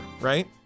right